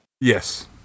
Yes